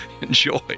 enjoy